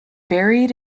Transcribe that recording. buried